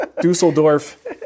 Dusseldorf